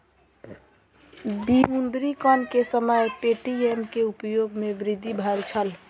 विमुद्रीकरण के समय पे.टी.एम के उपयोग में वृद्धि भेल छल